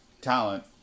talent